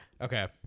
Okay